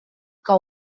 que